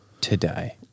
today